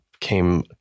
came